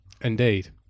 Indeed